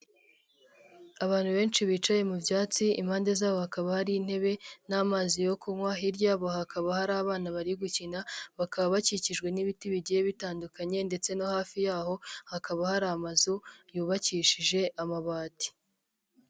Abantu benshi bicaye mu byatsi, impande zabo hakaba hari intebe n'amazi yo kunywa, hirya bo hakaba hari abana bari gukina bakaba bakikijwe n'ibiti bigiye bitandukanye ndetse no hafi y'aho hakaba hari amazu yubakishije amabati.